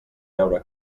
veure